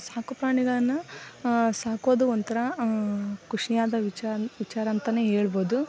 ಸಾಕು ಪ್ರಾಣಿಗಳನ್ನು ಸಾಕೋದು ಒಂಥರ ಖುಷಿಯಾದ ವಿಚಾರ ಅಂತಾನೇ ಹೇಳ್ಬೋದು